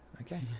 Okay